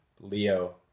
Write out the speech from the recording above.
Leo